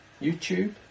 YouTube